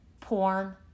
porn